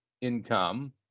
income